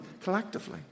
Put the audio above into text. collectively